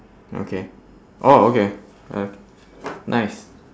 okay oh okay okay nice